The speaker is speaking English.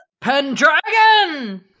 pendragon